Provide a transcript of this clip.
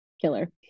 killer